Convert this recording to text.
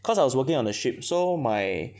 cause I was working on a ship so my